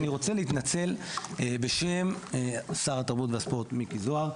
אני רוצה להתנצל בשם שר התרבות והספורט מיקי זוהר.